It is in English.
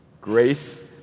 Grace